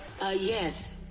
yes